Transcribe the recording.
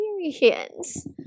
experience